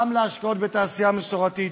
גם להשקעות בתעשייה מסורתית,